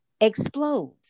explodes